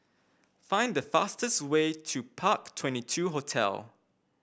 find the fastest way to Park Twenty two Hotel